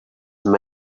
mind